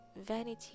Vanity